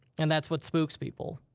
and that's what spooks people.